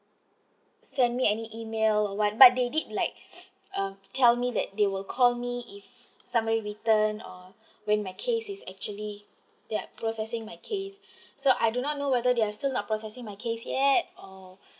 send me any email or what but they did like uh tell me that they will call me if somebody returned or when my case is actually they are processing my case so I do not know whether they are still not processing my case yet or